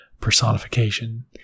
personification